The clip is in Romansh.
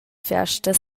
fiasta